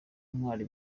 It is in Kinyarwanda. intwari